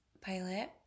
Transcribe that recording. pilot